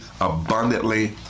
abundantly